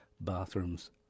bathrooms